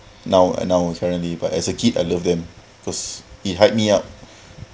now now wasn't really but as a kid I love them cause it hype me up